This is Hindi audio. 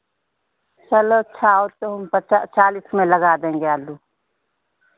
चलो अच्छा आओ तुम पचा चालीस में लगा देंगे आलू